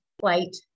flight